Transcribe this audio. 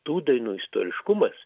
tų dainų istoriškumas